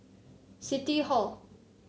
City Hall